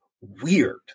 weird